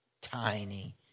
tiny